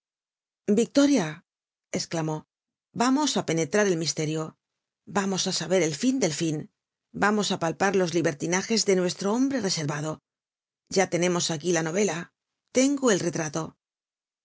victoria esclamó vamos á penetrar el misterio vamos á saber el fin del fin vamos á palpar los libertinajes de nuestro hombre reservado ya tenemos aquí la novela tengo el retrato